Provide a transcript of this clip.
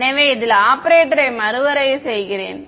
எனவே இதில் ஆபரேட்டரை மறுவரையறை செய்கிறேன்